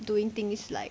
doing things like